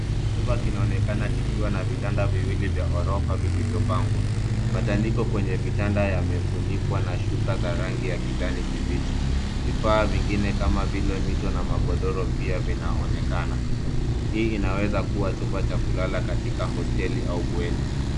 Chumba kinaonekana kikiwa na vitanda viwili vya orofa vilivyo pangwa . Matandiko kwenye vitanda yamefunikwa na shuka za rangi ya kijani kibichi. Vifaa vingine kama vile mito na magodoro pia vinaonekana. Hii inaweza kuwa chumba cha kulala katika hosteli au bweni.